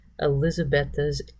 Elizabeth's